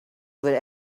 were